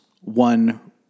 one